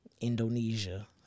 Indonesia